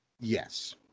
Yes